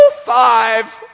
Five